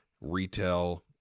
Retail